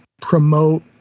promote